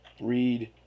read